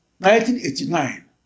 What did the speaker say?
1989